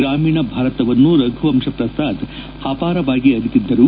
ಗ್ರಾಮೀಣ ಭಾರತವನ್ನು ರಘುವಂಶ ಪ್ರಸಾದ್ ಅಪಾರವಾಗಿ ಅರಿತಿದ್ದರು